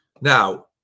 Now